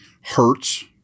Hurts